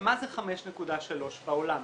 מה זה 5.3 בעולם?